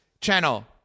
channel